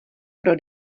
pro